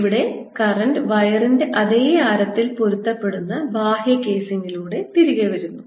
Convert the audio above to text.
ഇവിടെ കറന്റ് വയറിൻറെ അതേ ആരത്തിൽ പൊരുത്തപ്പെടുന്ന ബാഹ്യ കേസിംഗിലൂടെ തിരികെ വരുന്നു